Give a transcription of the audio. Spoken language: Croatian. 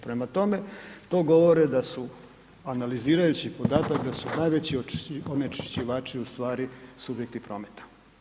Prema tome, to govori da su analizirajući podatak da su najveći onečišćivači u stvari subjekti prometa.